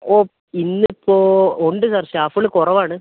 ഓ ഇന്നിപ്പോൾ ഉണ്ട് സാർ സ്റ്റാഫുകൾ കുറവാണ്